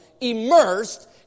immersed